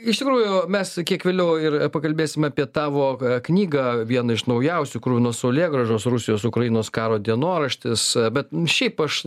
iš tikrųjų mes kiek vėliau ir pakalbėsime apie tavo knygą vieną iš naujausių kruvinos saulėgrąžos rusijos ukrainos karo dienoraštis bet šiaip aš